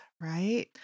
right